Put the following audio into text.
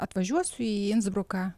atvažiuosiu į insbruką